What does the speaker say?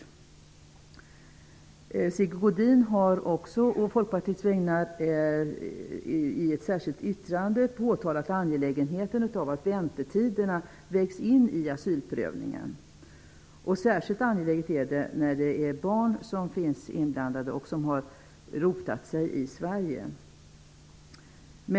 Sigge Godin har också å Folkpartiets vägnar i ett särskilt uttalande påtalat angelägenheten av att väntetiderna vägs in i asylprövningen. Särskilt angeläget är det när barn finns inblandade som har rotat sig i Sverige.